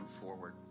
forward